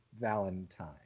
valentine